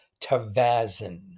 Tavazin